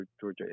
Georgia